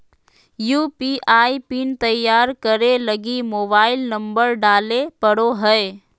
UPI PIN तैयार करे लगी मोबाइल नंबर डाले पड़ो हय